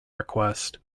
request